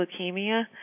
leukemia